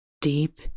deep